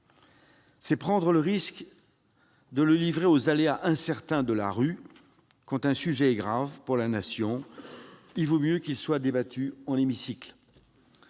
et prendre le risque de le livrer aux aléas de la rue. Quand un sujet est grave pour la Nation, il vaut mieux qu'il soit débattu dans un hémicycle